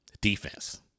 defense